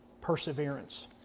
Perseverance